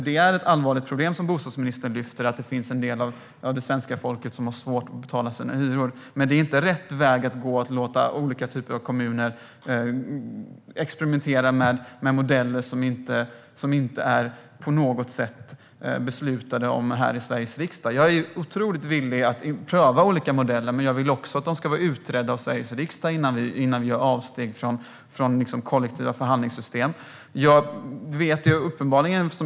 Det är ett allvarligt problem som ministern lyfter fram att en del av svenska folket har svårt att betala sina hyror. Men det är inte rätt väg att gå att låta kommuner experimentera med modeller som inte på något sätt är beslutade här i Sveriges riksdag. Jag är otroligt villig att pröva olika modeller, men jag vill att de ska vara utredda av Sveriges riksdag innan vi gör avsteg från kollektiva förhandlingssystem.